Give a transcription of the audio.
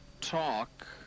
talk